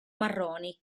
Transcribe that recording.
marroni